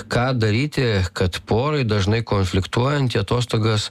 ką daryti kad porai dažnai konfliktuojant į atostogas